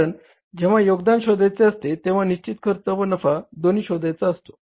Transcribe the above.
कारण जेव्हा योगदान शोधायचे असते तेव्हा निश्चित खर्च व नफा दोन्ही शोधायचा असतो